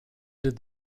did